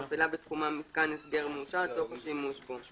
המפעילה בתחומה מיתקן הסגר מאושר לצורך שימוש בו.